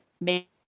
make